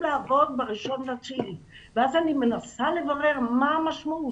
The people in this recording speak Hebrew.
לעבוד ב-1.9 ואז אני מנסה לברר מה המשמעות.